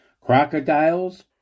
Crocodiles